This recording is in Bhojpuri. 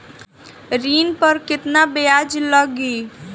ऋण पर केतना ब्याज लगी?